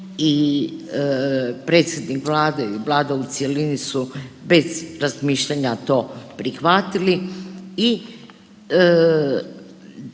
i predsjednik Vlade i Vlada u cjelini su bez razmišljanja to prihvatili